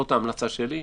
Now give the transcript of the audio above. זאת ההמלצה שלי,